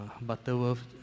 Butterworth